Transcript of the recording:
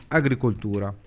agricoltura